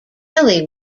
kelly